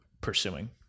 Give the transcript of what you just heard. pursuing